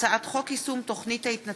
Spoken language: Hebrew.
הצעת חוק סיוע לגליל